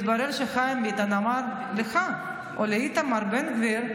מתברר שחיים ביטון אמר לך, או לאיתמר בן גביר: